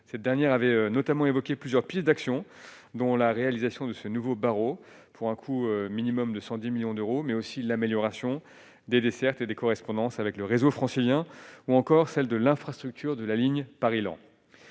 cette dernière avait notamment évoqué plusieurs pistes d'action dont la réalisation de ce nouveau barreau pour un coût minimum de 110 millions d'euros, mais aussi l'amélioration des dessertes et des correspondances avec le réseau francilien, ou encore celle de l'infrastructure de la ligne Paris-Laon